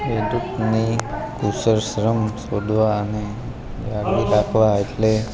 ખેડૂતની કુશળ શ્રમ શોધવા અને જાળવી રાખવા એટલે